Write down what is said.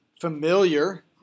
familiar